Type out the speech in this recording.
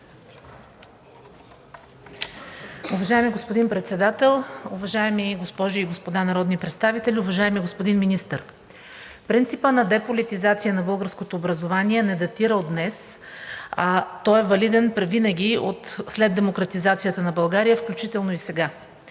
Уважаеми господин Председател, уважаеми госпожи и господа народни представители, уважаеми господин Министър! Принципът на деполитизация на българското образование не датира от днес – той е валиден винаги след демократизацията на България, включително и сега.